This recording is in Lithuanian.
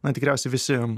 na tikriausiai visi